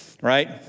right